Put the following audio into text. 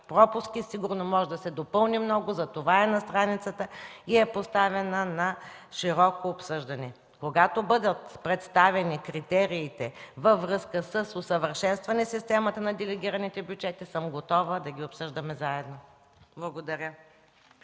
пропуски, сигурно може да се допълни много, затова е на страницата, и е поставена на широко обсъждане. Когато бъдат представени критериите във връзка с усъвършенстване системата на делегираните бюджети, съм готова да ги обсъждаме заедно. Благодаря.